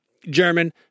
German